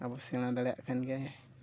ᱟᱵᱚ ᱥᱮᱬᱟ ᱫᱟᱲᱮᱭᱟᱜ ᱠᱟᱱ ᱜᱮᱭᱟᱭ